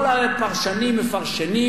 כל הפרשנים מפרשנים: